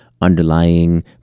underlying